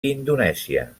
indonèsia